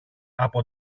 από